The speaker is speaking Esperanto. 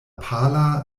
pala